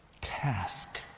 task